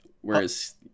whereas